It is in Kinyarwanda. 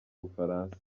bufaransa